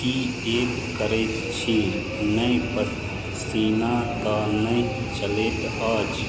किएक करैत छी नहि पसीना तऽ नहि चलैत अछि